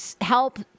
help